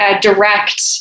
direct